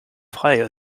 frei